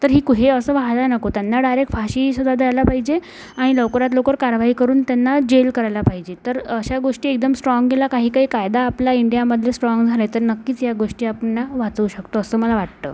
तर ही कु हे असं व्हायला नको त्यांना डायरेक्ट फाशीसुद्धा द्यायला पाहिजे आणि लवकरात लवकर कारवाई करून त्यांना जेल करायला पाहिजे तर अशा गोष्टी एकदम स्ट्राँग गेला काही काही कायदा आपला इंडियामध्ये स्ट्राँग झाला आहे तर नक्कीच या गोष्टी आपण ना वाचवू शकतो असं मला वाटतं